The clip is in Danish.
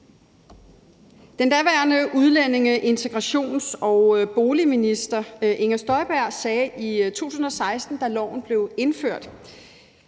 Den daværende udlændinge- og integrationsminister Inger Støjberg sagde i 2016, da loven blev vedtaget: